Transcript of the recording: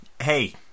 Hey